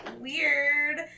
weird